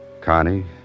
Connie